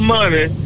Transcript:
money